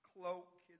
cloak